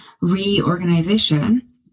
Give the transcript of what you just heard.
reorganization